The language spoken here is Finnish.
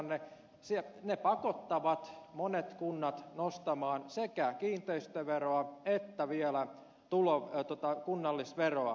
ne pakottavat monet kunnat nostamaan sekä kiinteistöveroa että vielä kunnallisveroa